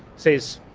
says,